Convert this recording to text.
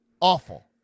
awful